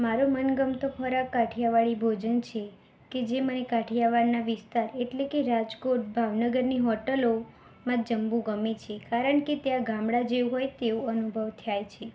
મારો મનગમતો ખોરાક કાઠિયાવાડી ભોજન છે કે જે મને કાઠિયાવાડના વિસ્તાર એટલે કે રાજકોટ ભાવનગરની હોટલોમાં જમવું ગમે છે કારણ કે ત્યાં ગામડાં જેવું હોય તેવો અનુભવ થાય છે